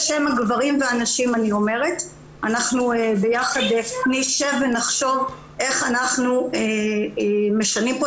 אומרת בשם הגברים והנשים שאנחנו ביחד נשב ונחשוב איך אנחנו משנים כאן